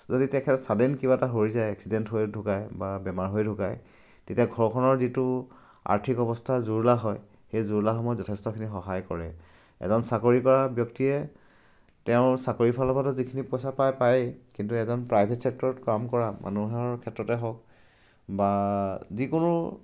যদি তেখেত ছাডেন কিবা এটা হৈ যায় এক্সিডেণ্ট হৈ ঢুকায় বা বেমাৰ হৈ ঢুকায় তেতিয়া ঘৰখনৰ যিটো আৰ্থিক অৱস্থা জুৰুলা হয় সেই জুৰুলা সময়ত যথেষ্টখিনি সহায় কৰে এজন চাকৰি কৰা ব্যক্তিয়ে তেওঁৰ চাকৰিৰ ফালৰপৰা যিখিনি পইচা পায় পায়েই কিন্তু এজন প্ৰাইভেট চেক্টৰত কাম কৰা মানুহৰ ক্ষেত্ৰতে হওক বা যিকোনো